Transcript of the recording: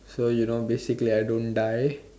so you know basically I don't die